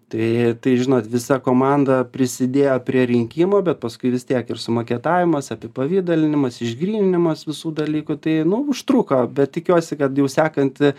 tai tai žinot visa komanda prisidėjo prie rinkimo bet paskui vis tiek ir sumaketavimas apipavidalinimas išgryninimas visų dalykų tai nu užtruko bet tikiuosi kad jau sekanti